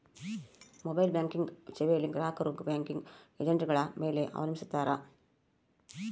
mobile banking ಸೇವೆಯಲ್ಲಿ ಗ್ರಾಹಕರು banking ಏಜೆಂಟ್ಗಳ ಮೇಲೆ ಅವಲಂಬಿಸಿರುತ್ತಾರ